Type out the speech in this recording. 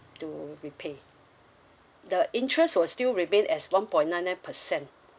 to repay the interest will still remain as one point nine percent